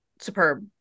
superb